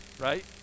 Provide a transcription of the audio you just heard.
right